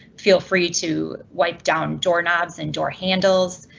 feel free to wipe down doorknobs and door handles.